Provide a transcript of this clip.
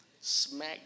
Smack